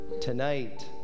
Tonight